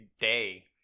day